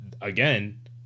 again